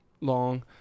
long